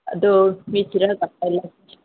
ꯑꯗꯨ ꯃꯤ ꯊꯤꯔꯒ